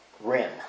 rim